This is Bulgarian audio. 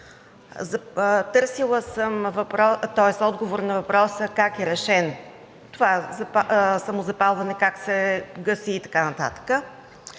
Търсила съм отговор на въпроса, как е решен, това самозапалване как се гаси и така нататък.